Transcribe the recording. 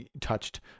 touched